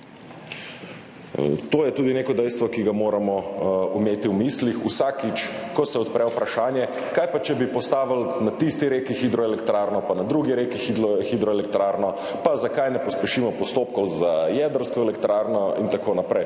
To je tudi neko dejstvo, ki ga moramo imeti v mislih vsakič, ko se odpre vprašanje, kaj pa če bi postavili na tisti reki hidroelektrarno pa na drugi reki hidroelektrarno pa zakaj ne pospešimo postopkov za jedrsko elektrarno in tako naprej.